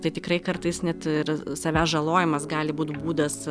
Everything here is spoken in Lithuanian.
tai tikrai kartais net ir savęs žalojimas gali būt būdas